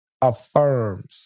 Affirms